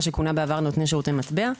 מה שכונה בעבר נותני שירות מטבע,